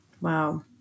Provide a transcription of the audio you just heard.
Wow